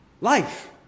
Life